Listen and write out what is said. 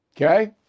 okay